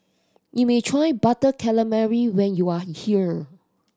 you may try Butter Calamari when you are here